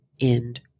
end